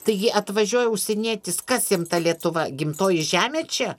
taigi atvažiuoja užsienietis kas jam ta lietuva gimtoji žemė čia